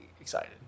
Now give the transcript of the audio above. excited